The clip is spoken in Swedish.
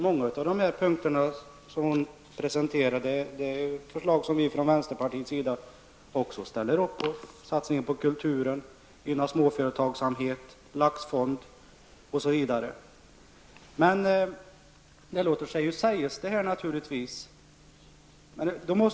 Många av de punkter hon presenterade är förslag som vi från vänsterpartiet också ställer upp på -- satsningen på kulturen, småföretagsamheten, en laxfond, osv. Detta låter sig naturligtvis sägas.